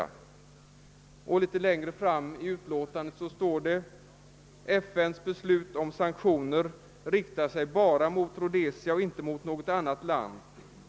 På s. 59 i utlåtandet skriver utskottet också: »Det är emellertid att märka att FN:s beslut om sanktioner riktar sig bara mot Rhodesia och inte mot något annat land.